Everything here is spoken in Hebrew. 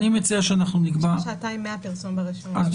שעתיים מהפרסום ברשומות.